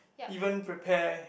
even prepare